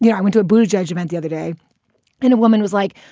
yeah i went to a booth judgment the other day and a woman was like,